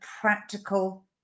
practical